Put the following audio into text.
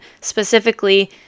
specifically